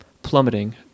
plummeting